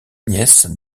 nièce